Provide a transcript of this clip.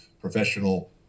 professional